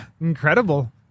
incredible